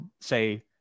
say